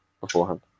beforehand